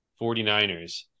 49ers